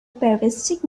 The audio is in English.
parasitic